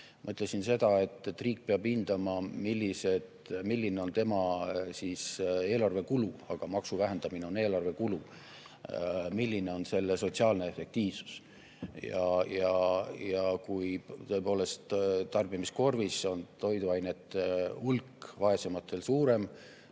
Ma ütlesin seda, et riik peab hindama, milline on tema eelarve kulu – maksu vähendamine on eelarve kulu –, milline on sotsiaalne efektiivsus. Ja kui tõepoolest tarbimiskorvis on toiduainete osakaal vaesematel suurem,